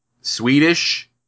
Swedish